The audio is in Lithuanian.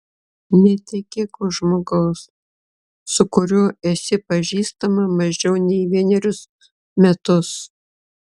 netekėk už žmogaus su kuriuo esi pažįstama mažiau nei vienerius metus